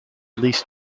least